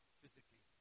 physically